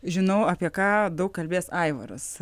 žinau apie ką daug kalbės aivaras